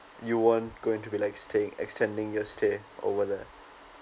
you weren't going to be like staying extending your stay over there